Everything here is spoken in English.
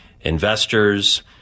investors